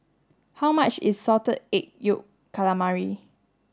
how much is salted egg yolk calamari